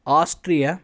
Austria